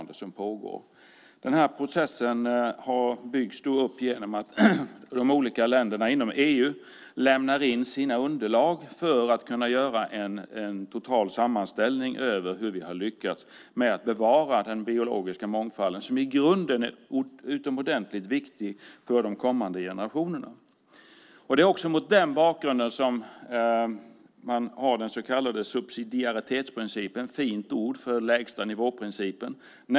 Den här processen byggs upp genom att de olika länderna inom EU lämnar in sina underlag för att man ska kunna göra en total sammanställning över hur vi har lyckats med att bevara den biologiska mångfalden, som i grunden är utomordentligt viktig för de kommande generationerna. Det är också mot den bakgrunden man har den så kallade subsidiaritetsprincipen, ett fint ord för lägsta-nivå-principen.